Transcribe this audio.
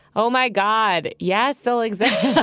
oh, my god. yes, still exists.